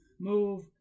move